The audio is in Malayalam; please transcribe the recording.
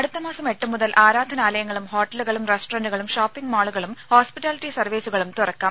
അടുത്ത മാസം എട്ട് മുതൽ ആരാധനാലയങ്ങളും ഹോട്ടലുകളും റെസ്റ്റോറന്റുകളും ഷോപ്പിങ്ങ് മാളുകളും ഹോസ്പ്പിറ്റാലിറ്റി സർവ്വീസുകളും തുറക്കാം